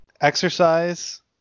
exercise